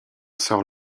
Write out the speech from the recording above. sort